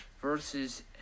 versus